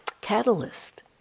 catalyst